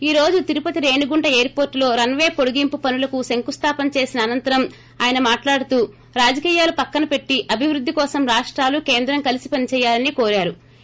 ఈ రోజు తిరుపతి రేణిగుంట ఎయిర్పోర్టులో రన్ పే పొడిగింపు పనులకు శంకుస్గాపన చేసిన అనంతరం ఆయన మాట్లాడుతూ రాజకీయాలు పక్కనపెట్టి అభివృద్ధి కోసం రాష్టాలు కేంద్రం కలిసి పనిచేయాలని కోరారు